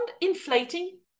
inflating